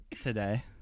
today